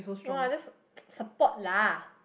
no lah just support lah